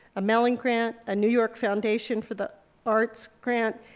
a mellon grant, a new york foundation for the arts grant,